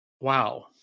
wow